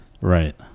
Right